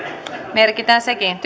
merkitään sekin